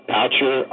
Poucher